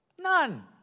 None